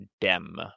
Dem